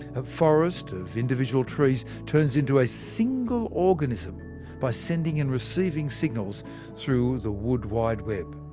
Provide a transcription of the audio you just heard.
a forest of individual trees turns into a single organism by sending and receiving signals through the wood wide web.